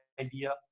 idea